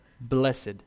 blessed